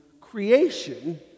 creation